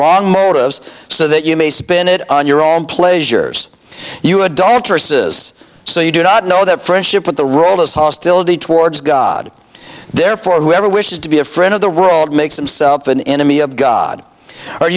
wrong motives so that you may spend it on your own pleasures you adulteresses so you do not know that friendship with the role is hostility towards god therefore whoever wishes to be a friend of the world makes himself an enemy of god or